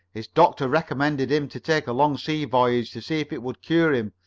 his doctor recommended him to take a long sea voyage to see if it would cure him.